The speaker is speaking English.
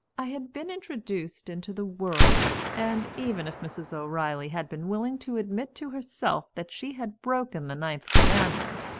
i had been introduced into the world, and even if mrs. o'reilly had been willing to admit to herself that she had broken the ninth commandment,